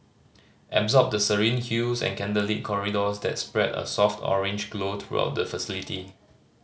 absorb the serene hues and candlelit corridors that spread a soft orange glow throughout the facility